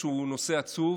שהוא נושא עצוב,